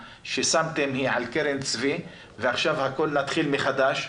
ששמתם היא על קרן הצבי ועכשיו הכול מתחיל מחודש.